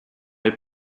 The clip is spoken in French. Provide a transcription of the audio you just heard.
les